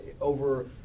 over